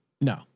No